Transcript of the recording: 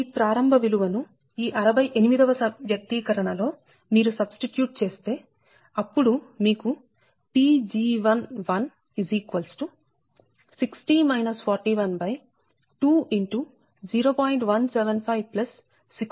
ఈ ప్రారంభ విలువ ను ఈ 68 వ వ్యక్తీకరణ లో మీరు సబ్స్టిట్యూట్ చేస్తే అప్పుడు మీకు Pg160 4120